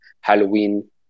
Halloween